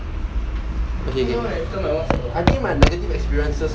okay okay I think my negative experiences